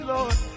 Lord